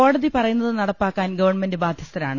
കോടതി പറയുന്നത് നടപ്പാ ക്കാൻ ഗവൺമെന്റ് ബാധ്യസ്ഥരാണ്